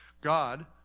God